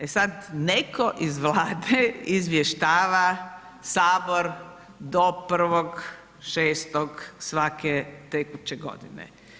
E sad, netko iz Vlade izvještava Sabor do 1.6. svake tekuće godine.